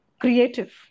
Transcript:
creative